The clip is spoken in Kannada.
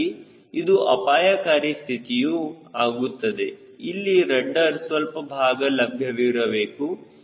ಹೀಗಾಗಿ ಇದು ಅಪಾಯಕಾರಿ ಸ್ಥಿತಿಯು ಆಗುತ್ತದೆ ಇಲ್ಲಿ ರಡ್ಡರ್ ಸ್ವಲ್ಪ ಭಾಗ ಲಭ್ಯವಿರಬೇಕು